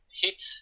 hit